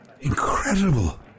incredible